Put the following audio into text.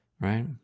right